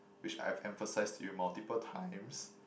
which I've emphasized to you multiple times